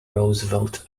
roosevelt